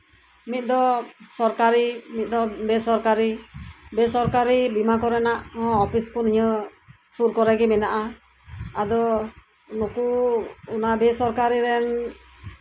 ᱢᱤᱫ ᱫᱚ ᱥᱚᱨᱠᱟᱨᱤ ᱢᱤᱫ ᱫᱚ ᱵᱮᱼᱥᱚᱨᱠᱟᱨᱤ ᱵᱮᱼᱥᱚᱨᱠᱟᱨᱤ ᱵᱤᱢᱟᱹ ᱠᱚᱨᱮᱱᱟᱜ ᱦᱚᱸ ᱚᱯᱤᱥ ᱠᱚ ᱱᱤᱭᱟᱹ ᱥᱩᱨ ᱠᱚᱨᱮ ᱜᱮ ᱢᱮᱱᱟᱜᱼᱟ ᱟᱫᱚ ᱱᱩᱠᱩ ᱚᱱᱟ ᱵᱮᱼᱥᱚᱨᱠᱟᱨᱤ ᱨᱮᱱ